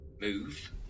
move